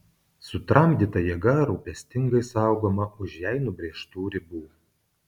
sutramdyta jėga rūpestingai saugoma už jai nubrėžtų ribų